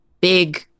big